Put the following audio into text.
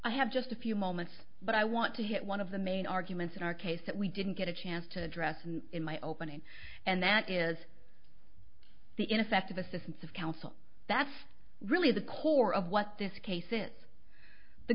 i have just a few moments but i want to hit one of the main arguments in our case that we didn't get a chance to address in my opening and that is the ineffective assistance of counsel that's really the core of what this case since the